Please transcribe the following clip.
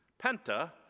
Penta